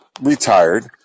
retired